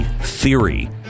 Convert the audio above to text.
theory